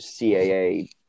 CAA